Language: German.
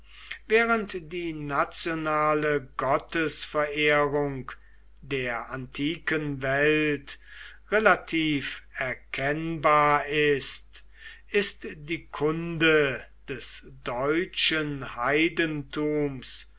während die nationale gottesverehrung der antiken welt relativ erkennbar ist ist die kunde des deutschen